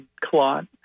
clot